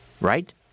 Right